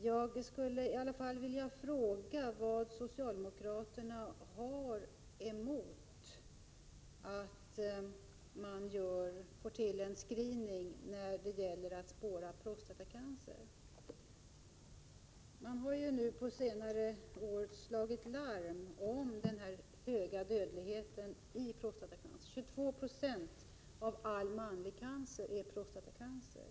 Jag skulle i alla fall vilja fråga vad socialdemokraterna har emot att man får till stånd en screening när det gäller att spåra prostatacancer. Det har ju på senare år slagits larm om den höga dödligheten i prostatacancer —22 9o av all manlig cancer är prostatacancer.